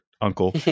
uncle